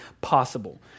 possible